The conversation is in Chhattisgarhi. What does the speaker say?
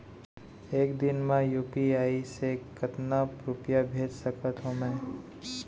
एक दिन म यू.पी.आई से कतना रुपिया भेज सकत हो मैं?